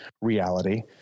reality